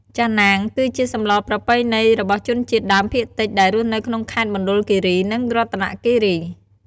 ចាណាងគឺជាសម្លប្រពៃណីរបស់ជនជាតិដើមភាគតិច ដែលរស់នៅក្នុងខេត្តមណ្ឌគិរីនិងរតនគិរី។